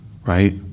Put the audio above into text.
Right